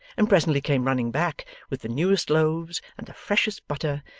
and presently came running back with the newest loaves, and the freshest butter,